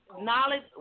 knowledge